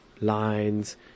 lines